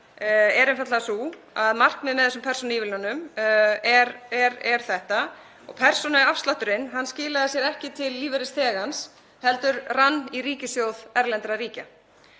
er einfaldlega sú að markmiðið með þessum persónuívilnunum er þetta og persónuafslátturinn skilaði sér ekki til lífeyrisþegans heldur rann í ríkissjóð erlendra ríkja.